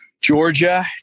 Georgia